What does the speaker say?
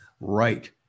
right